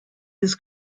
his